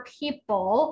people